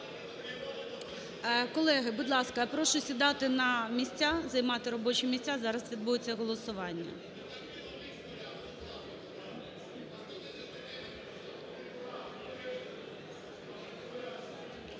Колеги, будь ласка, я прошу сідати на місця, займати робочі місця. Зараз відбудеться голосування.